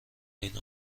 این